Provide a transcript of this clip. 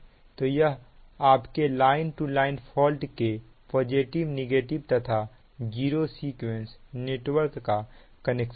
तो यह आपके लाइन टू लाइन फॉल्ट के पॉजिटिव नेगेटिव तथा जीरो सीक्वेंस नेटवर्क का कनेक्शन था